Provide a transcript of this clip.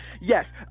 Yes